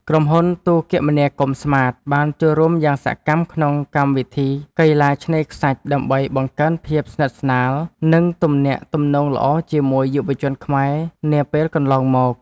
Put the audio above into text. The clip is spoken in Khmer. ក្រុមហ៊ុនទូរគមនាគមន៍ស្មាតបានចូលរួមយ៉ាងសកម្មក្នុងកម្មវិធីកីឡាឆ្នេរខ្សាច់ដើម្បីបង្កើនភាពស្និទ្ធស្នាល និង ទំនាក់ទំនងល្អជាមួយយុវជនខ្មែរនាពេលកន្លងមក។